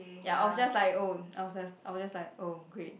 ya I was just like oh I was I was just like oh great